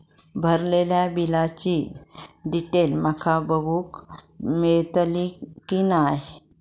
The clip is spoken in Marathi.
भरलेल्या बिलाची डिटेल माका बघूक मेलटली की नाय?